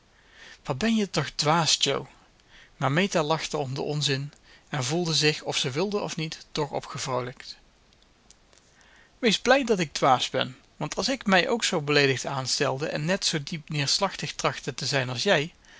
wat ben je toch dwaas jo maar meta lachte om den onzin en voelde zich of ze wilde of niet toch opgevroolijkt wees blij dat ik dwaas ben want als ik mij ook zoo beleedigd aanstelde en net zoo diep neerslachtig trachtte te zijn als jij